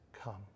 come